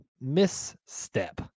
Misstep